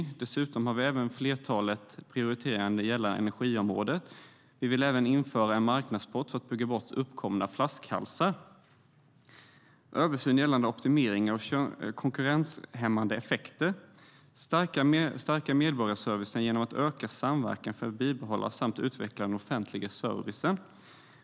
Dessutom har vi ett flertal prioriteringar gällande energiområdet. Vi vill även införa en marknadspott för att bygga bort uppkomna flaskhalsar. Vi vill ha en översyn gällande optimeringar och konkurrenshämmande effekter för att stärka medborgarservicen genom ökad samverkan för att bibehålla samt utveckla den offentliga servicen.